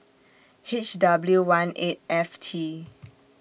H W one eight F T